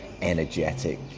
energetic